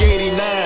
89